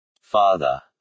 Father